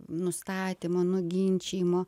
nustatymo nuginčijimo